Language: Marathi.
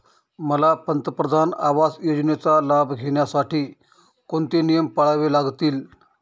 मला पंतप्रधान आवास योजनेचा लाभ घेण्यासाठी कोणते नियम पाळावे लागतील?